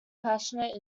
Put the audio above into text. passionate